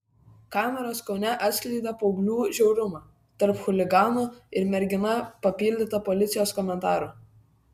kameros kaune atskleidė paauglių žiaurumą tarp chuliganų ir mergina papildyta policijos komentaru